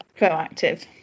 proactive